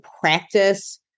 practice